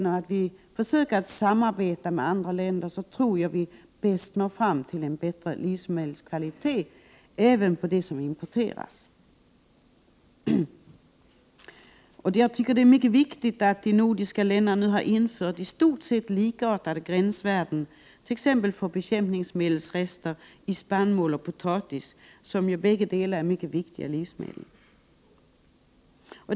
Om vi försöker samarbeta med andra länder tror jag att vi bäst når fram till en bättre livsmedelskvalitet även på importerade produkter. Jag anser att det är mycket viktigt att de nordiska länderna nu infört i stort sett likartade gränsvärden, t.ex. för bekämpningsmedelsrester i spannmål och potatis, som ju båda är mycket viktiga livsmedel.